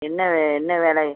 என்ன வே என்ன வேலை